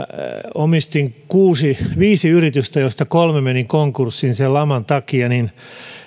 omistin viisi yritystä joista kolme meni sen laman takia konkurssiin että